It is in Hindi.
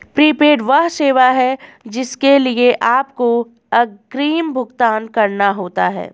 प्रीपेड वह सेवा है जिसके लिए आपको अग्रिम भुगतान करना होता है